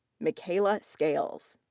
michaela scales.